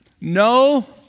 No